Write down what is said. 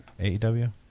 AEW